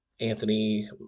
anthony